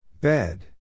Bed